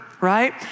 right